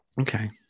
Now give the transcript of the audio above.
Okay